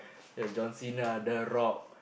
John-Cena The-Rock